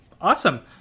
Awesome